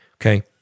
okay